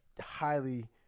highly